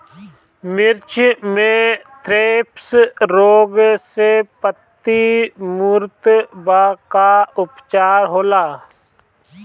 मिर्च मे थ्रिप्स रोग से पत्ती मूरत बा का उपचार होला?